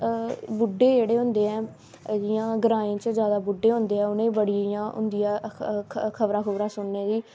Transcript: बुड्डे जेह्डे़ होंदे ऐ जि'यां ग्रांएं च जादा बुड्डे होंदे ऐ उ'नें गी बड़ी इ'यां होंदी ऐ खबरां खूबरां सुनने दी